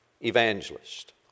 evangelist